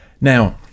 Now